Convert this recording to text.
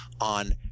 on